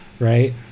Right